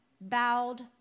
bowed